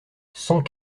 cent